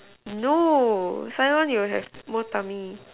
no Taiwan you would have more tummy